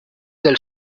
del